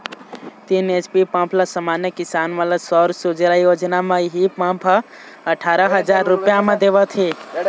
तीन HP pump ल समान्य किसान मन ल सौर सूजला योजना म इहीं पंप ह अठारा हजार रूपिया म देवत हे